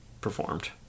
performed